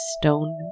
stone